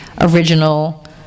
original